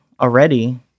already